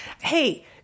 hey